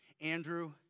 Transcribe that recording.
Andrew